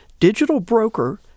digitalbroker